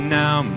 now